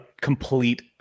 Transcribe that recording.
complete